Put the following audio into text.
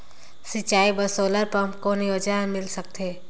सिंचाई बर solar pump कौन योजना ले मिल सकथे?